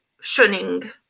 shunning